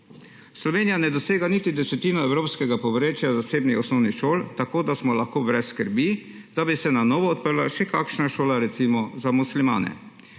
Slovenija ne dosega niti desetino evropskega povprečja zasebnih osnovnih šol, tako da smo lahko brez skrbi, da bi se na novo odprla še kakšna šola, recimo za muslimane.